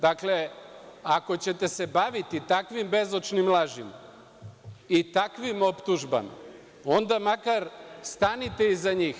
Dakle, ako ćete se baviti takvim bezočnim lažima i takvim optužbama, onda makar stanite iza njih.